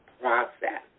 process